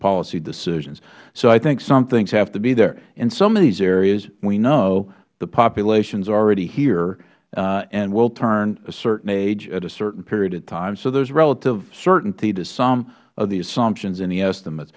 policy decisions so i think some things have to be there in some of these areas we know the population is already here and will turn a certain age at a certain period of time so there is relative certainty to some of the assumptions in the estimates